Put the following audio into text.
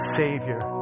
savior